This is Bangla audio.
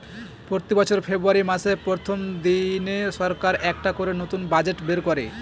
প্রতি বছর ফেব্রুয়ারী মাসের প্রথম দিনে সরকার একটা করে নতুন বাজেট বের করে